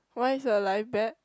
why is your life bad